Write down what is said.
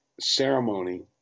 ceremony